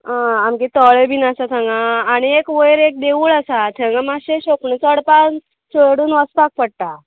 आं आमगे तोळें बीन आसा हांगा आनीक एक वयर एक देवूळ आसा हांगा मात्शें सोपणां चडपाक चडून वचपाक पडटा